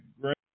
great